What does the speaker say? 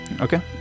Okay